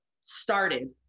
started